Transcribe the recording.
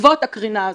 בעקבות הקרינה הזאת?